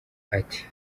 ati